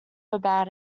about